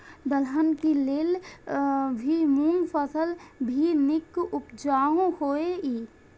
दलहन के लेल भी मूँग फसल भी नीक उपजाऊ होय ईय?